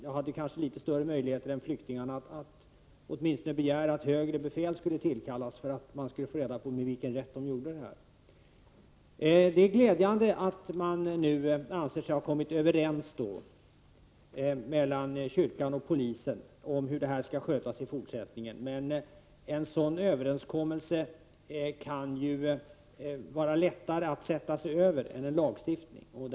Jag hade kanske något större möjligheter än flyktingarna att åtminstone begära att högre befäl skulle tillkallas för att man skulle få reda på med vilken rätt polisen gjorde detta. Det är glädjande att kyrkan och polisen nu anser sig ha kommit överens om hur det här skall skötas i fortsättningen. Men det kan ju vara lättare att sätta sig över en sådan överenskommelse än en lagstiftning.